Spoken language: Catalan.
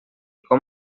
com